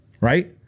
right